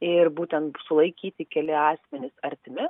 ir būtent sulaikyti keli asmenys artimi